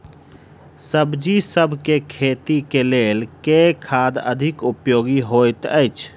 सब्जीसभ केँ खेती केँ लेल केँ खाद अधिक उपयोगी हएत अछि?